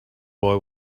boy